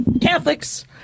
Catholics